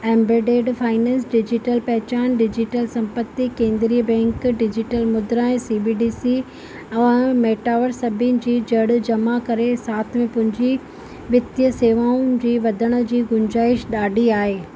embedded finance digital पहचान digital संपत्ति केंद्रीय बैंक डिजिटल मुद्राएं सी बी डी सी ऐं मेटावर सभिनि जी जड़ जमा करे साथ में पूंजी वित्तीय सेवाऊं जी वधण जी गुंजाइश ॾाढी आहे